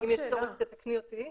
יש צורך תתקני אותי.